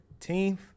13th